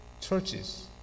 churches